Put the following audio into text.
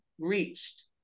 reached